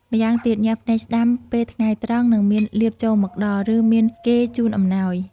ម្យ៉ាងទៀត ញាក់ភ្នែកស្តាំ ពេលថ្ងៃត្រង់ នឹងមានលាភចូលមកដល់ ឬមានគេជូនអំណោយ។